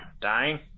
dying